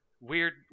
Weird